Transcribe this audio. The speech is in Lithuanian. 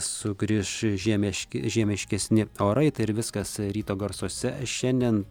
sugrįš žiemiški žiemiškesni orai tai ir viskas ryto garsuose šiandien